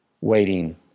waiting